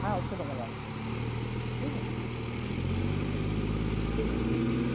हाँ उसके बगल वाला ठीक है अच्छा ठीक है ठीक है